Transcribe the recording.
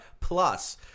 Plus